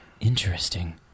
interesting